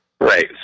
Right